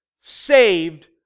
saved